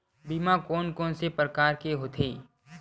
बीमा कोन कोन से प्रकार के होथे?